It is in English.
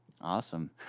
Awesome